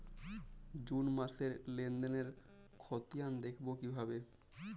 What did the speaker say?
June মাসের লেনদেনের খতিয়ান দেখবো কিভাবে?